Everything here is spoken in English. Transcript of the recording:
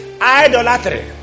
Idolatry